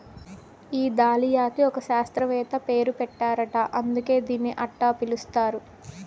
ఈ దాలియాకి ఒక శాస్త్రవేత్త పేరు పెట్టారట అందుకే దీన్ని అట్టా పిలుస్తారు